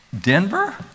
Denver